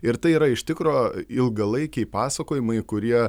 ir tai yra iš tikro ilgalaikiai pasakojimai kurie